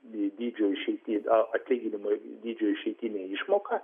dydžio išeitinę atlyginimo dydžio išeitinę išmoką